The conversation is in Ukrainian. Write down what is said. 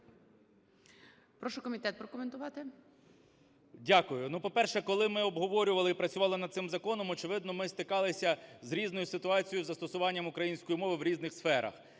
Прошу комітет прокоментувати. 12:55:18 КНЯЖИЦЬКИЙ М.Л. Дякую. Ну, по-перше, коли ми обговорювали і працювали над цим законом, очевидно, ми стикалися з різною ситуацією з застосуванням української мови в різних сферах.